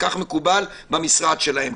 וכך מקובל במשרד שלהם.